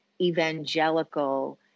evangelical